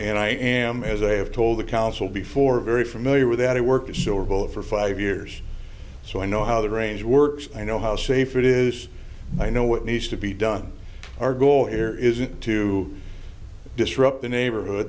and i am as i have told the council before very familiar with that it works so well over five years so i know how the range works i know how safe it is i know what needs to be done our goal here isn't to disrupt the neighborhood